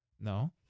No